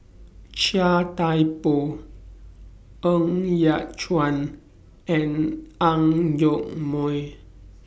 Chia Thye Poh Ng Yat Chuan and Ang Yoke Mooi